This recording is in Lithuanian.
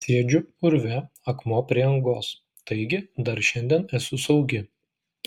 sėdžiu urve akmuo prie angos taigi dar šiandien esu saugi